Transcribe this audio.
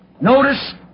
notice